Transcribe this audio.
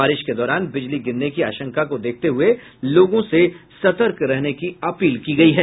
बारिश के दौरान बिजली गिरने की आशंका को देखते हुए लोगों से सतर्क रहने की अपील की गयी है